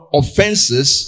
offenses